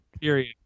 Period